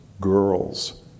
girls